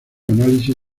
análisis